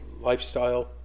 lifestyle